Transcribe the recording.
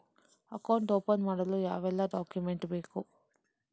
Account open ಮಾಡಲು ಯಾವೆಲ್ಲ document ಬೇಕು?